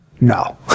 No